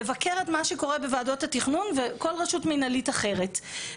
לבקר את מה שקורה בוועדות התכנון וכל רשות מנהלית אחרת,